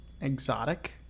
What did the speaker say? exotic